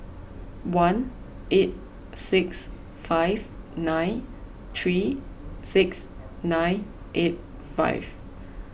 one eight six five nine three six nine eight five